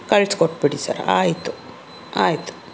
ಕಳ್ಸ್ಕೊಟ್ಬಿಡಿ sir ಆಯಿತು ಆಯಿತು